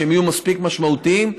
שהם יהיו מספיק משמעותיים,